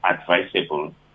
advisable